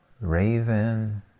raven